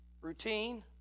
routine